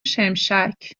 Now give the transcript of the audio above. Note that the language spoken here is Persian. شمشک